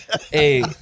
Hey